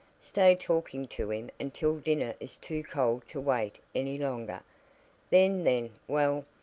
stay talking to him until dinner is too cold to wait any longer then then well,